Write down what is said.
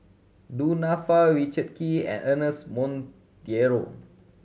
Du Nanfa Richard Kee and Ernest Monteiro